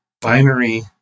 binary